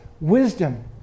wisdom